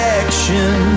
action